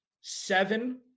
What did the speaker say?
seven